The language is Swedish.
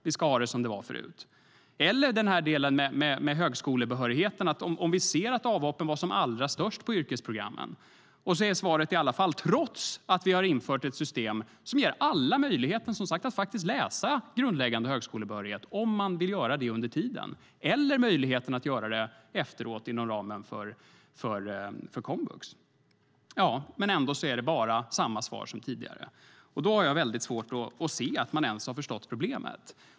Vi ska ha det som det var förut. Vi ser att avhoppen var allra störst på yrkesprogrammen. Vi har infört ett system som ger alla möjlighet att läsa grundläggande högskolebehörighet under tiden eller efteråt inom ramen för komvux. Ändå är det samma svar som tidigare. Därför har jag svårt att se att man har förstått problemet.